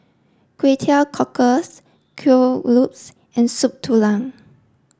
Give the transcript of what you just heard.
Kway Teow Cockles Kuih Lopes and soup Tulang